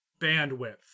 bandwidth